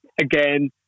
again